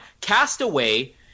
Castaway